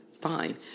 fine